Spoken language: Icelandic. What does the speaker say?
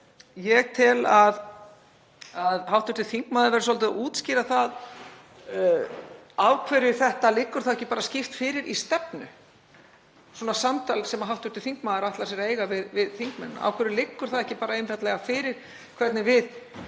ég tel að hv. þingmaður verði svolítið að útskýra af hverju þetta liggur þá ekki bara skýrt fyrir í stefnu, svona samtal sem hv. þingmaður ætlar sér að eiga við þingmennina. Af hverju liggur það ekki bara einfaldlega fyrir hvernig við